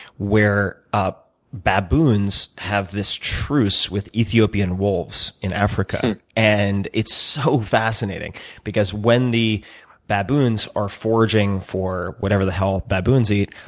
where baboons have this truce with ethiopian wolves in africa. and it's so fascinating because when the baboons are foraging for whatever the hell baboons eat,